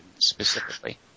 specifically